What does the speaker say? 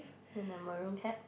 in the maroon cap